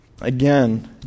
Again